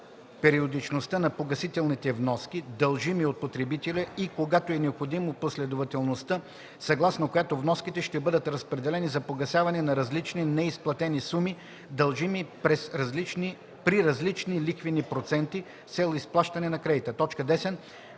броят, преиодичността на погасителните вноски, дължими от потребителя, и когато е необходимо, последователността, съгласно която вноските ще бъдат разпределени за погасяване на различни неизплатени суми, дължими при различни лихвени проценти, с цел изплащане на кредита;